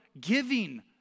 giving